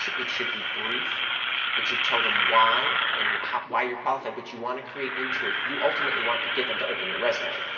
it should be brief it should tell them why and why you're qualified, but you want to create intrigue. you ultimately want to get them to open your resume.